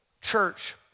church